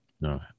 No